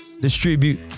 distribute